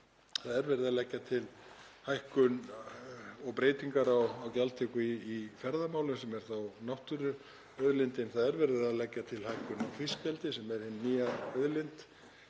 Það er verið að leggja til hækkun og breytingar á gjaldtöku í ferðamálum sem er þá náttúruauðlindin. Það er verið að leggja til hækkun á gjaldi vegna fiskeldis sem er hin nýja auðlind